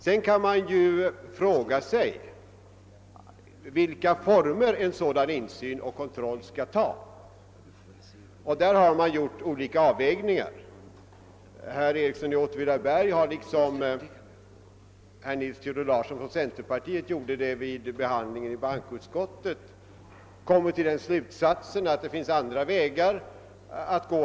Sedan kan man fråga sig vilka former en sådan insyn och kontroll skall ta. Olika avvägningar har gjorts. Herr Ericsson i Åtvidaberg har kommit till den slutsatsen — och det gjorde även herr Nils Theodor Larsson vid behandlingen i bankoutskottet — att det finns andra vägar att gå.